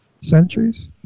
centuries